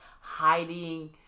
Hiding